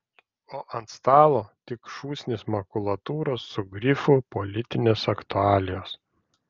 o ant stalo tik šūsnys makulatūros su grifu politinės aktualijos